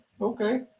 okay